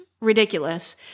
ridiculous